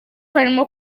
harimo